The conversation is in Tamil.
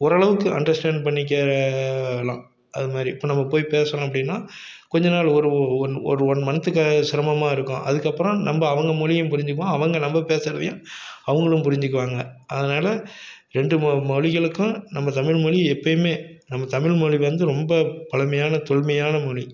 ஓரளவுக்கு அண்டர்ஸ்டாண்ட் பண்ணிக்கலாம் அது மாதிரி இப்போ நம்ம போய் பேசுகிறோம் அப்படின்னா கொஞ்ச நாள் ஒரு ஓ ஒரு ஒன் மன்த்துக்கு சிரமமாக இருக்கும் அதுக்கப்புறம் நம்ப அவங்க மொழியும் புரிஞ்சுக்குவோம் அவங்க நம்ப பேசுறதையும் அவர்களும் புரிஞ்சுக்குவாங்க அதனால் ரெண்டு மொ மொழிகளுக்கும் நம்ப தமிழ்மொழி எப்போயுமே நம்ம தமிழ்மொழி வந்து ரொம்ப பழமையான தொன்மையான மொழி